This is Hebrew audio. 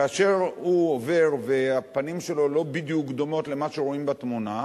כאשר הוא עובר והפנים שלו לא בדיוק דומות למה שרואים בתמונה,